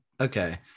okay